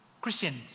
Christians